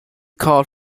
called